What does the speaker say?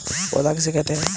पौध किसे कहते हैं?